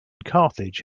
carthage